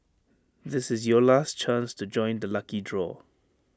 this is your last chance to join the lucky draw